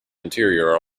interior